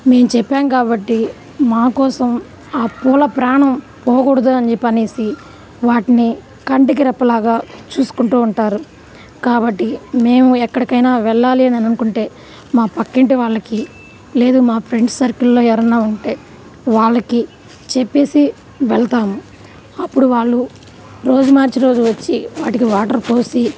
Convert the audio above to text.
మేం చెప్పాం కాబట్టి మా కోసం ఆ పూల ప్రాణం పోకూడదు అని చెప్పి అనేసి వాటిని కంటికి రెప్పలాగా చూసుకుంటూ ఉంటారు కాబట్టి మేము ఎక్కడికైనా వెళ్ళాలి అని అనుకుంటే మా పక్కింటి వాళ్ళకి లేదు మా ఫ్రెండ్స్ సర్కిల్లో ఎవరైనా ఉంటే వాళ్ళకి చెప్పేసి వెళ్తాము అప్పుడు వాళ్ళు రోజు మార్చి రోజు వచ్చి వాటికి వాటర్ పోసి